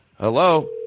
Hello